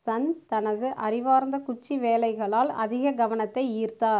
சந்த் தனது அறிவார்ந்த குச்சி வேலைகளால் அதிக கவனத்தை ஈர்த்தார்